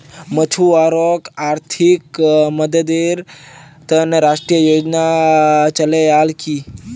मछुवारॉक आर्थिक मददेर त न राष्ट्रीय योजना चलैयाल की